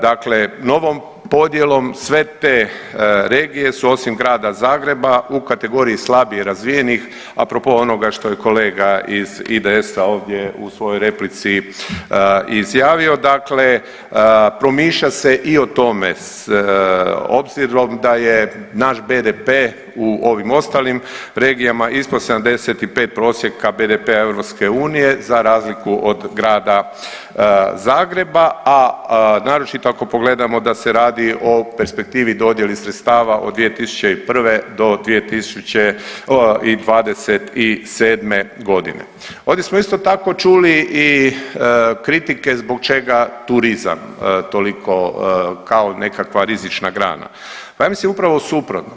Dakle, novom podjelom sve te regije su osim Grada Zagreba u kategoriji slabije razvijenih a propos onoga što je kolega iz IDS-a ovdje u svojoj replici izjavio, dakle promišlja se i o tome obzirom da je naš BDP u ovim ostalim regijama ispod 75 prosjeka BDP-a EU za razliku od Grada Zagreba, a naročito ako pogledamo da se radi o perspektivi dodjeli sredstava od 2001.-2027.g. Ovdje smo isto tako čuli i kritike zbog čega turizam toliko kao nekakva rizična grana, pa ja mislim upravo suprotno.